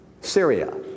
Syria